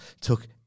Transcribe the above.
took